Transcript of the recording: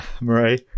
Marie